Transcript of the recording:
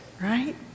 right